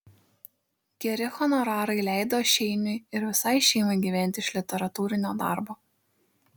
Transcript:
geri honorarai leido šeiniui ir visai šeimai gyventi iš literatūrinio darbo